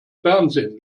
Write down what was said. fernsehen